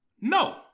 No